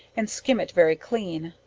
and skim it very clean,